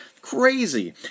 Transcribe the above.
Crazy